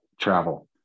Travel